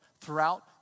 throughout